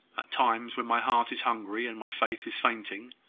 at times when my heart is hungry, and my faith is fainting,